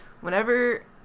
Whenever